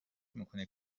میکنه